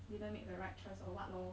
didn't make the right choice or [what] lor